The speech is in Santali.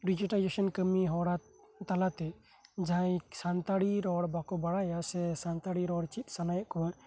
ᱰᱤᱡᱤᱴᱮᱞᱟᱭᱡᱮᱥᱚᱱ ᱠᱟᱹᱢᱤ ᱦᱚᱨᱟ ᱛᱟᱞᱟ ᱛᱮ ᱡᱟᱦᱟᱸᱭ ᱥᱟᱱᱛᱟᱲᱤ ᱨᱚᱲ ᱵᱟᱠᱚ ᱵᱟᱲᱟᱭᱟ ᱥᱮ ᱥᱟᱱᱛᱟᱲᱤ ᱨᱚᱲ ᱪᱮᱫ ᱥᱟᱱᱟᱭᱮᱫ ᱠᱚᱣᱟ